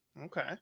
Okay